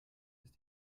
ist